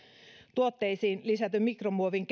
tuotteisiin lisätyn mikromuovin